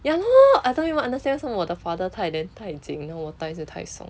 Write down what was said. ya lor I don't even understand 为什么我的 father 戴 then 太紧 then 我戴就太松